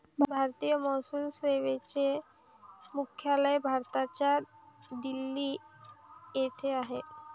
भारतीय महसूल सेवेचे मुख्यालय भारताच्या दिल्ली येथे आहे